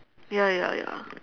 ya ya ya